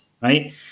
right